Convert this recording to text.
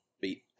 beat